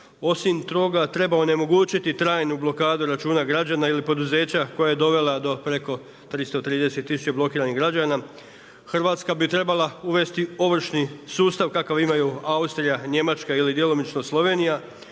Osim toga, treba onemogućiti trajanje blokade računa građana ili poduzeća koja je dovela do preko 330000 blokiranih građana. Hrvatska bi trebala uvesti ovršni sustav kakav imaju Austrija, Njemačka ili djelomično Slovenija